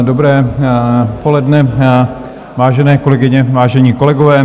Dobré poledne, vážené kolegyně, vážení kolegové.